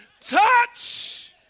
touch